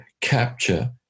capture